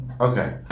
Okay